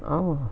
orh